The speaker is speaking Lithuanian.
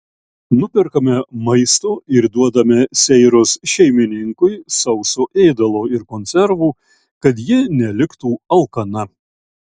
nuperkame maisto ir duodame seiros šeimininkui sauso ėdalo ir konservų kad ji neliktų alkana